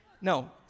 no